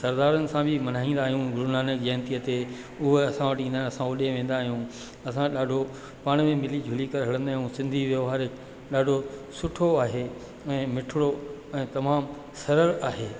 सरदारनि सां बि मल्हाईंदा आहियूं गुरुनानक जयंतीअ ते उहे असां वटि ईंदा आहिनि असां ओॾे वेंदा आहियूं असां ॾाढो पाण में मिली जुली करे हलंदा आहियूं सिंधी व्यवहारिक ॾाढो सुठो आहे ऐं मिठिड़ो ऐं तमामु सरल आहे